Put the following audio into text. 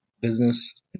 Business